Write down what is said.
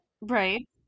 Right